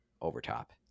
overtop